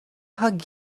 hug